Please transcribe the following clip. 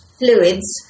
fluids